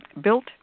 built